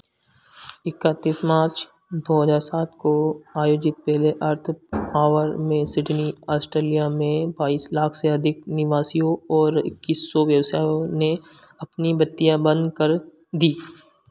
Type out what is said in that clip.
इकत्तीस मार्च दो हज़ार सात को आयोजित पहले अर्थ ऑवर में सिडनी आस्टेलिया में बाईस लाख से अधिक निवासियों और इक्कीस सौ व्यवसायों ने अपनी बत्तियाँ बंद कर दी